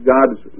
God's